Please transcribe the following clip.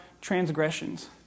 transgressions